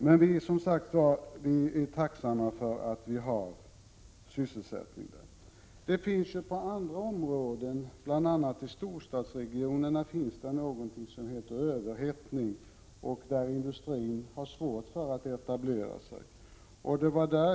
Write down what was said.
Men vi är som sagt tacksamma för att vi har sysselsättning. Bl.a. i storstadsregionerna råder någonting som kallas överhettning — där är det svårt att i dag etablera industrier.